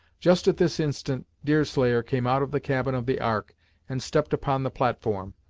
just at this instant deerslayer came out of the cabin of the ark and stepped upon the platform.